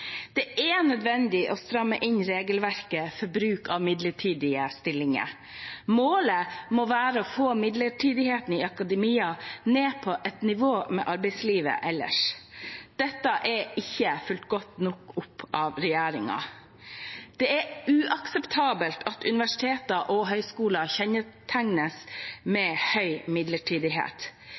Det er nødvendig å stramme inn regelverket for bruk av midlertidige stillinger. Målet må være å få midlertidigheten i akademia ned på et nivå med arbeidslivet ellers. Dette er ikke er fulgt godt nok opp av regjeringen. Det er uakseptabelt at universiteter og høgskoler kjennetegnes av høg midlertidighet.